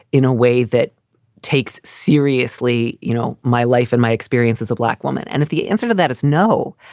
in a way that takes seriously? you know, my life and my experience as a black woman. and if the answer to that is no,